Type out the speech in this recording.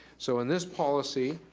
so in this policy,